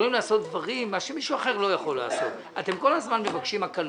לעשות דברים שמישהו אחר לא יכול לעשות - אתם כל הזמן מבקשים הקלות.